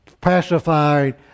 pacified